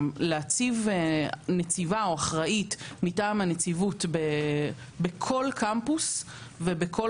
להציב נציבה או אחראית מטעם הנציבות בכל קמפוס ובכל